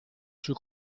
sul